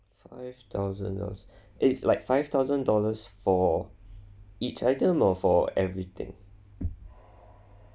five thousand dollars it's like five thousand dollars for each item or for everything